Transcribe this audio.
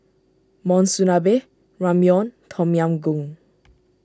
Monsunabe Ramyeon Tom Yam Goong